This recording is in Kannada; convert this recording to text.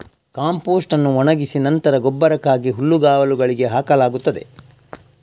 ಕಾಂಪೋಸ್ಟ್ ಅನ್ನು ಒಣಗಿಸಿ ನಂತರ ಗೊಬ್ಬರಕ್ಕಾಗಿ ಹುಲ್ಲುಗಾವಲುಗಳಿಗೆ ಹಾಕಲಾಗುತ್ತದೆ